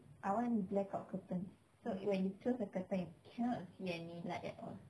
I want blackout curtains so when you close the curtains you cannot see any light at all